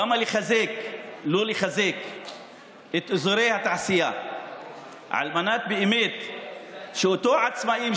למה לא לחזק את אזורי התעשייה על מנת שבאמת אותם עצמאים,